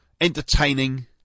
entertaining